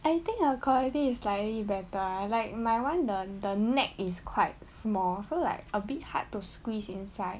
I think her quality is slightly better like my one the the neck is quite small so like a bit hard to squeeze inside